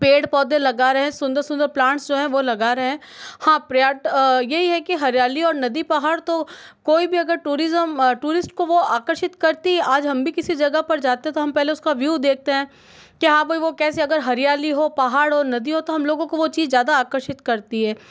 पेड़ पौधे लगा रहे हैं सुंदर सुंदर प्लांट जो हैं वह लगा रहे हैं हाँ प्रयास यही है कि हरियाली और नदी पहाड़ तो कोई भी अगर टुरिज़म टुरिस्ट को वह आकर्षित करती आज हम भी किसी जगह पर जाते तो हम पहले उसका व्यू देखते हैं कहाँ पर वह कैसे अगर हरियाली हो पहाड़ और नदी हो तो हम लोगों को वह चीज ज़्यादा आकर्षित करती है